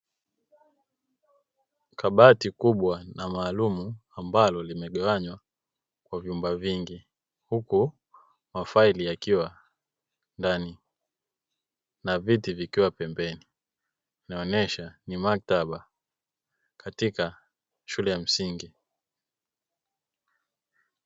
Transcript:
Kabati kubwa na maalumu ambalo limegawanywa, kwa vyumba vingi huku mafaili yakiwa ndani. Viti vikiwa pembeni inaonyesha ni maktaba katika shule ya msingi.